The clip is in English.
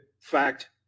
fact